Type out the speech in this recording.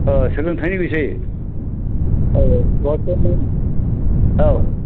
अ सोलोंथायनि बिसयै अ औ